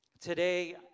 today